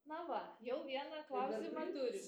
na va jau vieną klausimą turim